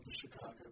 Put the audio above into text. Chicago